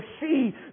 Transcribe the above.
see